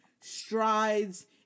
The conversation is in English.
strides